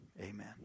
amen